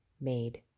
made